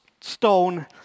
stone